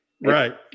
right